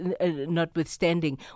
notwithstanding